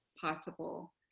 possible